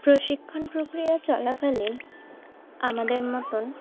প্রশিক্ষণ প্রক্রিয়া চলাকালীন আমাদের মতন